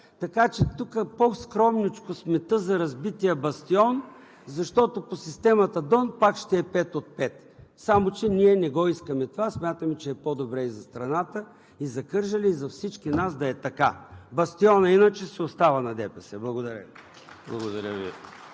така че по-скромничко с мита за разбития бастион, защото по системата „Донт“ пак ще е пет от пет. Само че ние не искаме това, а смятаме, че е по-добре и за страната, и за Кърджали, и за всички нас да е така. Бастионът иначе си остава на ДПС! Благодаря